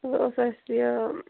یہِ اوس اَسہِ یہِ